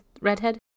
redhead